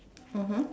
mmhmm